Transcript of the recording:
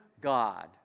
God